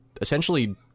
essentially